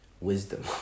wisdom